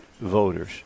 voters